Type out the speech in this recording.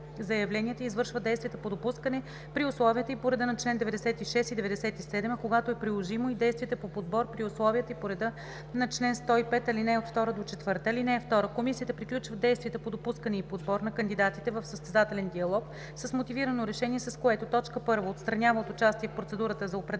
заявленията и извършва действията по допускане при условията и по реда на чл. 96 и 97, а когато е приложимо – и действията по подбор при условията и по реда на чл. 105, ал. 2-4. (2) Комисията приключва действията по допускане и подбор на кандидатите в състезателен диалог с мотивирано решение, с което: 1. отстранява от участие в процедурата за определяне